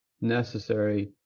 necessary